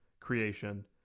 creation